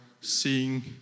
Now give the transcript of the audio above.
seeing